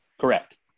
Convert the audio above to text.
Correct